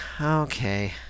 okay